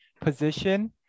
position